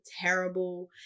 terrible